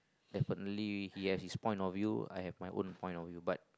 definitely he has his point of view I have my own point of view but